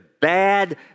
bad